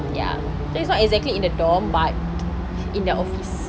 ya so it's not exactly in the dormitory but in their office